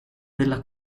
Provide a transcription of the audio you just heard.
della